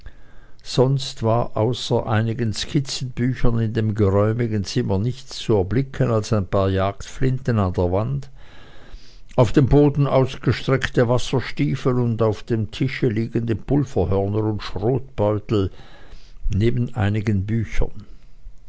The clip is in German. sonst war außer einigen skizzenbüchlein in dem geräumigen zimmer nichts zu erblicken als ein paar jagdflinten an der wand auf dem boden ausgestreckte wasserstiefel und auf dem tische liegende pulverhörner und schrotbeutel neben einigen büchern